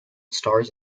stars